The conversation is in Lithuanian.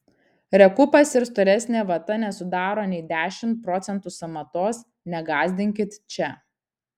rekupas ir storesnė vata nesudaro nei dešimt procentų sąmatos negąsdinkit čia